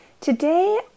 Today